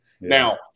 Now